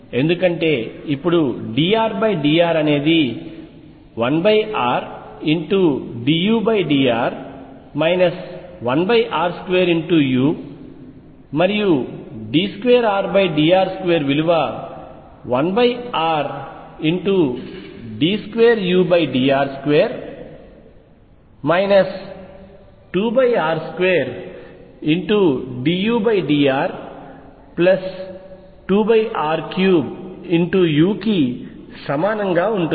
ఎందుకంటే ఇప్పుడు dRdr అనేది 1rdudr 1r2u మరియు d2Rdr2 విలువ 1r d2udr2 2r2dudr2r3u కి సమానంగా ఉంటుంది